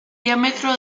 diámetro